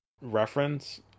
reference